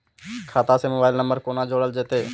खाता से mobile number कोना जोरल जेते?